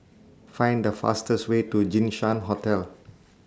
Find The fastest Way to Jinshan Hotel